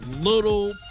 little